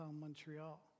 Montreal